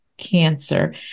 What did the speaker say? cancer